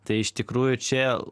tai iš tikrųjų čia